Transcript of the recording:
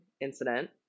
incident